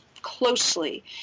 closely